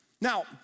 Now